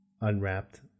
unwrapped